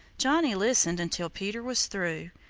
johnny listened until peter was through,